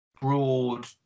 broad